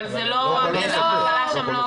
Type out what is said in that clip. הן נדבקות אבל המחלה אצלן לא קטלנית.